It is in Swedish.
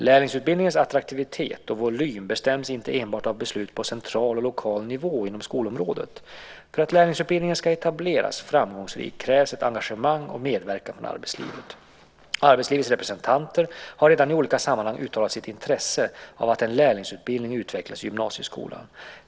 Lärlingsutbildningens attraktivitet och volym bestäms inte enbart av beslut på central och lokal nivå inom skolområdet. För att lärlingsutbildningen ska etableras framgångsrikt krävs ett engagemang och medverkan från arbetslivet. Arbetslivets representanter har redan i olika sammanhang uttalat sitt intresse av att en lärlingsutbildning utvecklas i gymnasieskolan.